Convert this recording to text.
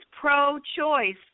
pro-choice